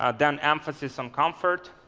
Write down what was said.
ah then emphasis on comfort,